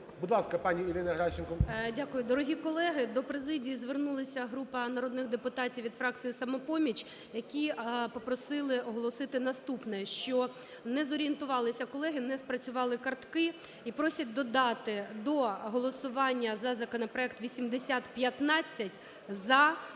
Дорогі колеги! До президії звернулися група народних депутатів від фракції "Самопоміч", які попросили оголосити наступне. Що не зорієнтувалися колеги, не спрацювали картки. І просять додати до голосування за законопроект 8015 "за" наступні